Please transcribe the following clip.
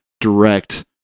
direct